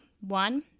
one